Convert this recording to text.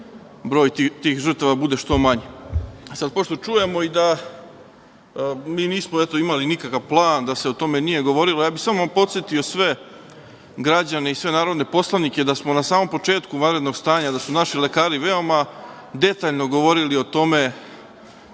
broj tih žrtava bude što manji. Pošto čujemo da mi nismo imali nikakav plan, da se o tome nije govorilo, samo bih podsetio sve građane i sve narodne poslanike da su na samom početku vanrednog stanja naši lekari veoma detaljno govorili o tome